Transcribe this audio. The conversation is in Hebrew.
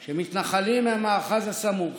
של מתנחלים מהמאחז הסמוך